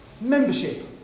Membership